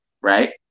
right